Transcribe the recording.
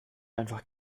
einfach